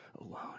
alone